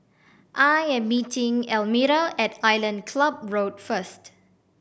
I am meeting Elmira at Island Club Road first